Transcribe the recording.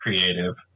Creative